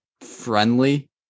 friendly